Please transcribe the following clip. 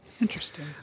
interesting